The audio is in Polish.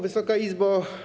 Wysoka Izbo!